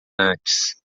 antes